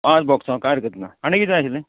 आठ बॉक्सां कांय घेतलें आनी किदें जाय आशिल्लें